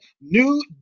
new